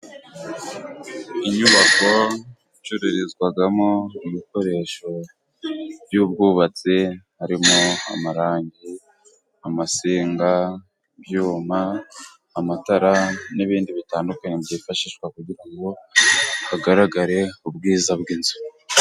Inyubako icururizwagamo ibikoresho by'ubwubatsi harimo: amarangi, amasinga, ibyuma, amatara n'ibindi bitandukanye byifashishwa kugira ngo hagaragare ubwiza bw'inzu.